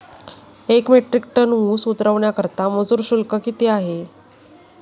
एक metric tonne ऊस उतरवण्याकरता मजूर शुल्क किती आहे?